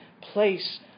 place